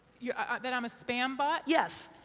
yeah ah that i'm a spambot? yes.